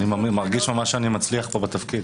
אני ממש מרגיש שאני מצליח בתפקיד,